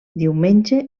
diumenge